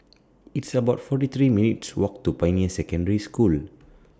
It's about forty three minutes' Walk to Pioneer Secondary School